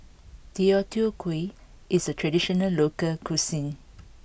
Deodeok Gui is a traditional local cuisine